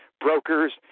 brokers